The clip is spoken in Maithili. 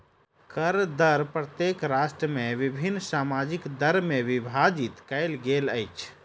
कर दर प्रत्येक राष्ट्र में विभिन्न सामाजिक दर में विभाजित कयल गेल अछि